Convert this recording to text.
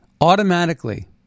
automatically